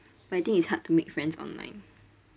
but I think it's hard to make friends online